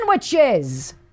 sandwiches